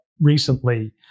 recently